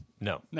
No